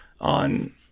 on